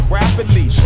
rapidly